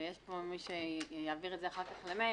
ויש פה מי שיעביר את זה אחר כך למאיר,